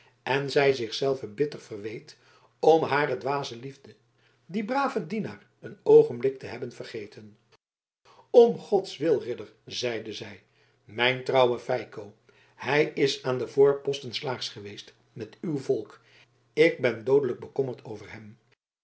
en zij zich zelve bitter verweet om hare dwaze liefde dien braven dienaar een oogenblik te hebben vergeten om gods wil ridder zeide zij mijn trouwe feiko hij is aan de voorposten slaags geweest met uw volk ik ben doodelijk bekommerd over hem